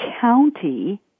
county